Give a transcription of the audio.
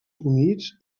humits